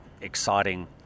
exciting